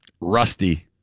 Rusty